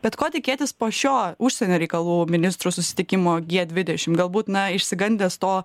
bet ko tikėtis po šio užsienio reikalų ministrų susitikimo gie dvidešim galbūt na išsigandęs to